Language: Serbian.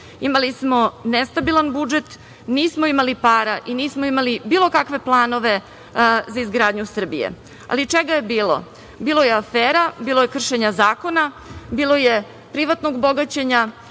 imali smo nestabilan budžet, nismo imali para i nismo imali bilo kakve planove za izgradnju Srbije. Ali, čega je bilo? Bilo je afera, bilo je kršenja zakona, bilo je privatnog bogaćenja,